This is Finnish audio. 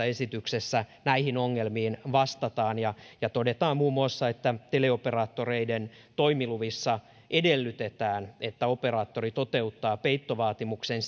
esityksessä näihin ongelmiin vastataan ja ja todetaan muun muassa että teleoperaattoreiden toimiluvissa edellytetään että operaattori toteuttaa peittovaatimuksen